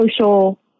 social